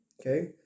Okay